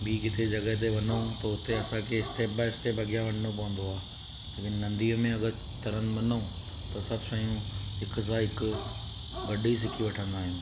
ॿी किथे जॻहि ते वञूं त उते असांखे स्टैप बाए स्टैप अॻियां वञिणो पवंदो आहे लेकिन नदीअ में अगरि तरणु वञू त सभु शयूं हिकु सां हिक सां हिकु गॾु ई सिखी वठंदा आहियूं